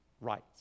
right